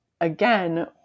Again